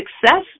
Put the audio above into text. success